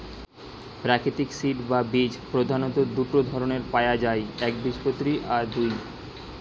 প্রাকৃতিক সিড বা বীজ প্রধাণত দুটো ধরণের পায়া যায় একবীজপত্রী আর দুই